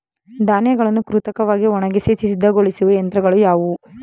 ಧಾನ್ಯಗಳನ್ನು ಕೃತಕವಾಗಿ ಒಣಗಿಸಿ ಸಿದ್ದಗೊಳಿಸುವ ಯಂತ್ರಗಳು ಯಾವುವು?